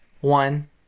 one